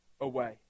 away